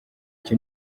icyo